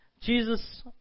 Jesus